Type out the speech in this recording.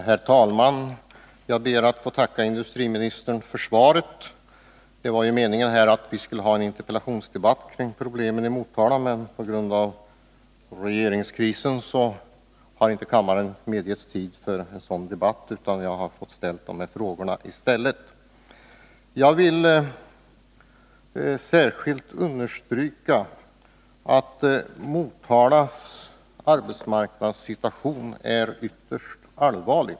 Herr talman! Jag ber att få tacka industriministern för svaret. Egentligen var det meningen att vi skulle ha en interpellationsdebatt om problemen i Motala, men på grund av regeringskrisen har en sådan debatt inte medgivits. I stället har jag fått framställa en fråga. Jag vill särskilt understryka att arbetsmarknadssituationen i Motala är ytterst allvarlig.